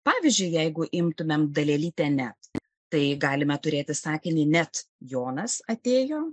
pavyzdžiui jeigu imtumėm dalelytę net tai galime turėti sakinį net jonas atėjo